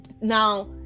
Now